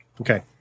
Okay